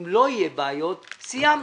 אם לא יהיו בעיות סיימנו.